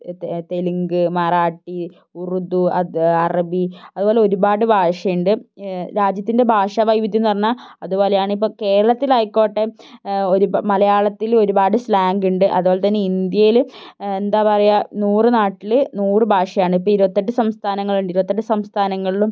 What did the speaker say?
തെലുങ്ക് മറാഠി ഉറുദു അത് അറബി അതുപോലെ ഒരുപാട് ഭാഷയുണ്ട് രാജ്യത്തിൻ്റെ ഭാഷാവൈവിധ്യം എന്നു പറഞ്ഞാൽ അതുപോലെയാണ് ഇപ്പോൾ കേരളത്തിലായിക്കോട്ടെ ഒരു ഇപ്പോൾ മലയാളത്തിൽ ഒരുപാട് സ്ലാങുണ്ട് അതുപോലെതന്നെ ഇന്ത്യയിൽ എന്താ പറയുക നൂറ് നാട്ടിൽ നൂറ് ഭാഷയാണ് ഇപ്പോൾ ഇരുപത്തെട്ട് സംസ്ഥാനങ്ങളുണ്ട് ഇരുപത്തെട്ട് സംസ്ഥാനങ്ങളിലും